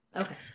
Okay